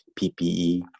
PPE